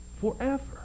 forever